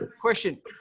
question